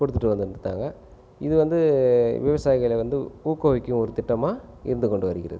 கொடுத்துட்டு வந்து இருந்தாங்க இது வந்து விவசாயிகளை வந்து ஊக்குவிக்கும் ஒரு திட்டமாக இருந்து கொண்டு வருகிறது